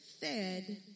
fed